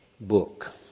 book